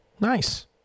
Nice